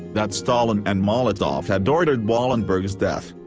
that stalin and molotov had ordered wallenberg's death.